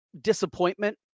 disappointment